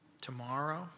tomorrow